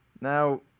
Now